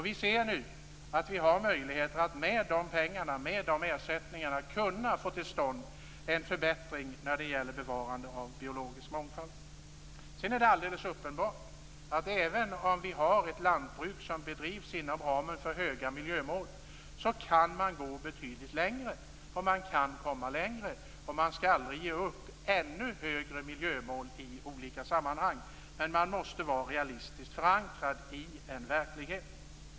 Vi ser nu att vi med dessa pengar, med dessa ersättningar, har möjlighet att få till stånd en förbättring när det gäller bevarande av biologisk mångfald. Det är alldeles uppenbart att även om vi har ett lantbruk som bedrivs inom ramen för höga miljömål kan man gå betydligt längre, man kan komma längre och man skall aldrig ge upp ännu högre miljömål i olika sammanhang. Men man måste vara realistisk och förankrad i en verklighet.